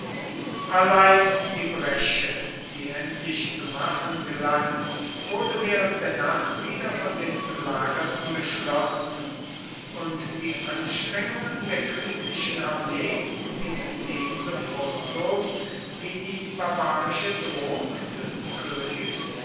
allein die bresche die endlich zu machen gelang wurde während der nacht wieder von den belagerten geschlossen und die anstrengungen der königlichen armee blieben ebenso fruchtlos wie die barbarische drohung des königs